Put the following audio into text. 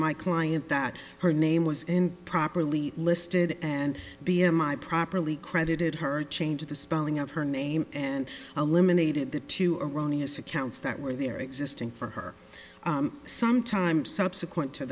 my client that her name was and properly listed and b m i properly credited her change the spelling of her name and a limited the two erroneous accounts that were there existing for her some time subsequent to